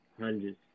hundreds